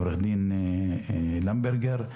עו"ד למברגר,